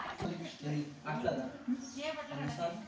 dollar ಅಂದ್ರ ಇಪ್ಪತ್ತಕ್ಕೂ ಹೆಚ್ಚ ಕರೆನ್ಸಿಗಳ ಹೆಸ್ರು